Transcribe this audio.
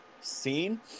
scene